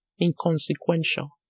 inconsequential